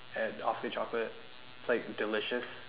at awfully chocolate it's like delicious